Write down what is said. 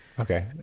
Okay